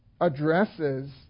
addresses